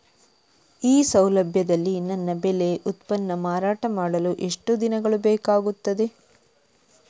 ಈ ಸೌಲಭ್ಯದಲ್ಲಿ ನನ್ನ ಬೆಳೆ ಉತ್ಪನ್ನ ಮಾರಾಟ ಮಾಡಲು ಎಷ್ಟು ದಿನಗಳು ಬೇಕಾಗುತ್ತದೆ?